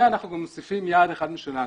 אנחנו גם מוספים יעד אחד משלנו.